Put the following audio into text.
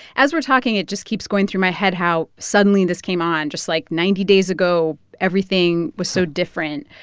as we're talking, it just keeps going through my head how suddenly this came on, just like ninety days ago, everything was so different.